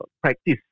practice